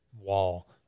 wall